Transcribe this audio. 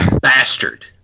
bastard